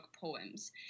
Poems